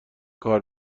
کار